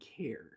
care